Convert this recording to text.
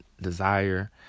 desire